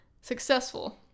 successful